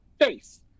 face